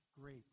great